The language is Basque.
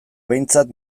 behintzat